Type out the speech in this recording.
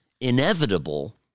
inevitable